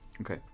Okay